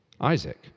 Isaac